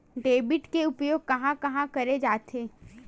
Debit के उपयोग कहां कहा करे जाथे?